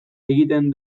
egiten